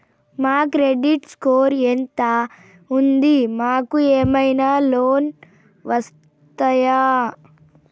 మా credit score ఎంత ఉంది? మాకు ఏమైనా లోన్స్ వస్తయా?